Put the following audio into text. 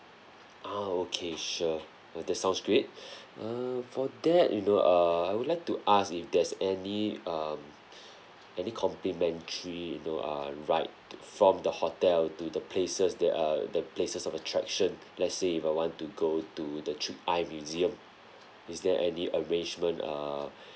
ah okay sure uh that sounds great err for that you know err I would like to ask if there's any um any complimentary you know err ride from the hotel to the places that uh the places of attraction let's say if I want to go to the trick eye museum is there any arrangement err